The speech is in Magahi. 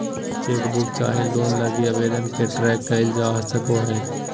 चेकबुक चाहे लोन लगी आवेदन के ट्रैक क़इल जा सको हइ